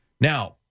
Now